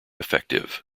effective